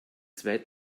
zwei